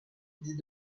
dit